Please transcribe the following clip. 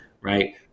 right